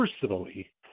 personally